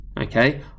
okay